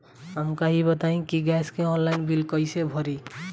हमका ई बताई कि गैस के ऑनलाइन बिल कइसे भरी?